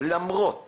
שלמרות